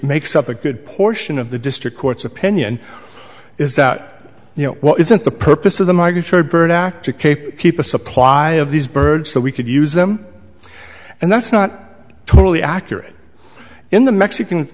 makes up a good portion of the district court's opinion is that you know well isn't the purpose of the migratory bird act to keep a supply of these birds so we could use them and that's not totally accurate in the mexican